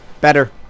Better